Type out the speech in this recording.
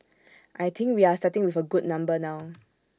I think we are starting with A good number now